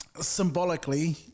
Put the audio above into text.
symbolically